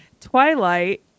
Twilight